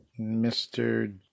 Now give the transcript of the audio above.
Mr